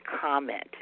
comment